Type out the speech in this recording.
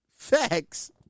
Facts